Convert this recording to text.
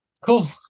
Cool